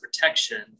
protection